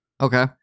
Okay